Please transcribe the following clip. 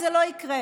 זה לא יקרה,